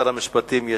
שר המשפטים,